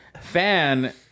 fan